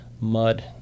mud